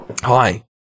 Hi